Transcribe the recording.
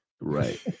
Right